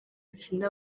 yatsinda